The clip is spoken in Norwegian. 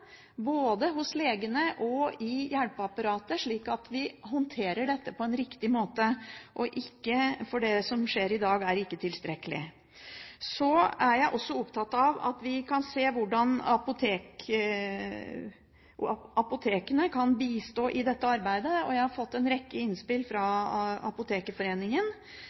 både hos legene og i hjelpeapparatet, slik at vi håndterer dette på en riktig måte, for det som skjer i dag, er ikke tilstrekkelig. Så er jeg også opptatt av at vi kan se på hvordan apotekene kan bistå i dette arbeidet, og jeg har fått en rekke innspill fra